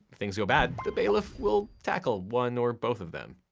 things go bad, the bailiff will tackle one or both of them.